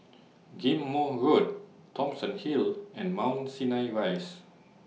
Ghim Moh Road Thomson Hill and Mount Sinai Rise